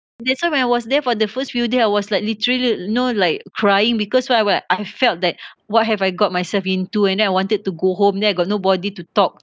that's why when I was there for the first few days I was like literally know like crying because why I wa~ I felt that what have I got myself into and then I wanted to go home then I got nobody to talk